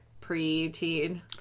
pre-teen